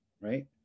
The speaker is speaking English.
right